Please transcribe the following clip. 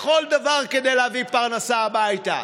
בכל דבר, כדי להביא פרנסה הביתה,